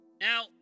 Now